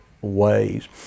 ways